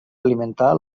alimentar